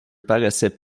paraissait